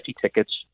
tickets